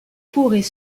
pourrait